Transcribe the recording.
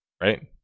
right